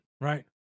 right